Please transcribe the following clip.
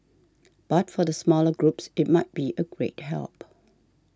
but for the smaller groups it might be a great help